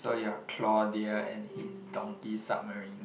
so you're Claudia and he's donkey submarine